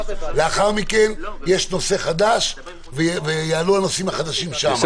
לאחר מכן יש נושא חדש ויעלו הנושאים החדשים שם.